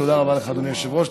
תודה רבה לך, אדוני היושב-ראש.